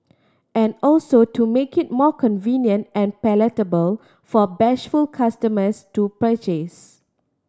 and also to make it more convenient and palatable for bashful customers to purchase